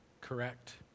correct